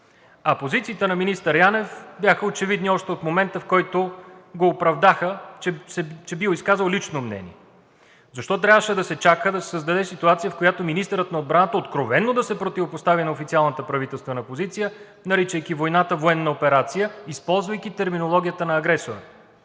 А позициите на министър Янев бяха очевидни още от момента, в който го оправдаха, че бил изказал лично мнение. Защо трябваше да се чака да се създаде ситуация, в която министър на отбраната откровено да се противопостави на официалната правителствена позиция, наричайки войната военна операция, използвайки терминологията на агресора?